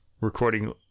recording